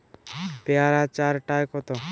পেয়ারা চার টায় কত?